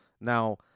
Now